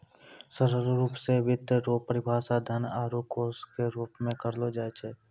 सरल रूप मे वित्त रो परिभाषा धन आरू कोश के रूप मे करलो जाय छै